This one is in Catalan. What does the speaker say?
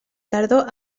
tardor